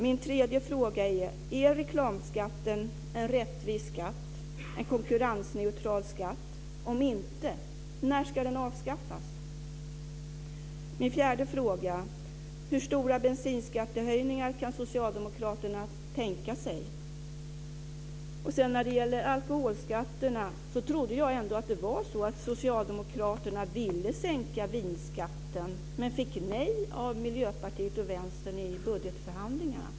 Vidare: Är reklamskatten en rättvis och konkurrensneutral skatt? Om inte undrar jag när den ska avskaffas. När det gäller alkoholskatterna trodde jag faktiskt att Socialdemokraterna ville sänka vinskatten men fick nej av Miljöpartiet och Vänstern i budgetförhandlingarna.